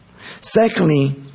Secondly